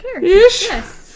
yes